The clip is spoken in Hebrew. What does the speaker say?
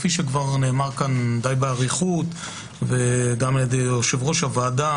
כפי שכבר נאמר כאן די באריכות וגם על ידי יושב-ראש הוועדה,